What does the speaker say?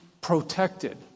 protected